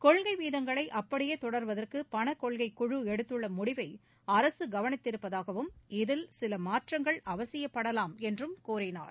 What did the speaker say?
கொள்கை வீதங்களை அப்படியே தொடர்வதற்கு பணக்கொள்கைக் குழு எடுத்துள்ள முடிவை அரசு கவனித்திருப்பதாகவும் இதில் சில மாற்றங்கள் அவசியப்படலாம் என்றும் கூறினார்